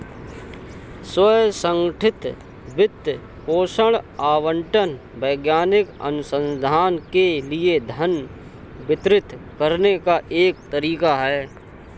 स्व संगठित वित्त पोषण आवंटन वैज्ञानिक अनुसंधान के लिए धन वितरित करने का एक तरीका हैं